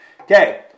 Okay